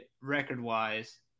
record-wise